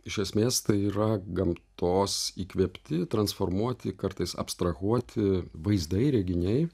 iš esmės tai yra gamtos įkvėpti transformuoti kartais abstrahuoti vaizdai reginiai